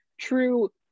true